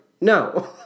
no